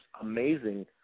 amazing